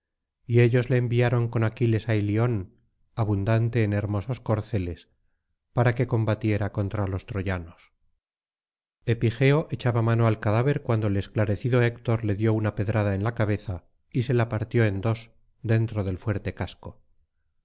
y ellos le enviaron con aquiles á ilion abundante en hermosos corceles para que combatiera contra los troyanos epigeo echaba mano al cadáver cuando el esclarecido héctor le dio una pedrada en la cabeza y se la partió en dos dentro del fuerte casco